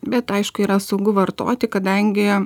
bet aišku yra saugu vartoti kadangi